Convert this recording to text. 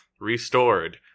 restored